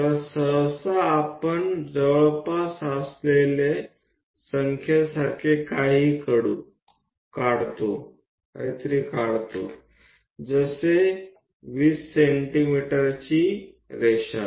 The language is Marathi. तर सहसा आपण जवळपास असलेल्या संख्येसारखे काहीतरी काढतो जसे 20 सेंटीमीटरची रेषा